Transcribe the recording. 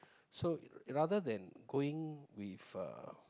so rather than going with uh